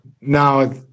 now